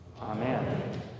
Amen